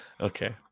Okay